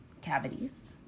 cavities